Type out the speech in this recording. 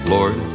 Lord